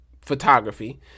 photography